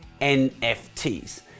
NFTs